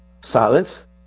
silence